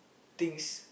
things